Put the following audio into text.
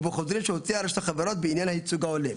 ובחוזה שהוציאה רשות החברות בעניין הייצוג ההולם".